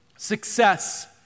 Success